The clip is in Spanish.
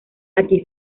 aquí